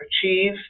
achieve